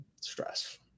stress